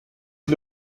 que